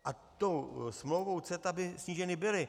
A tou smlouvou CETA by sníženy byly.